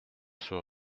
sur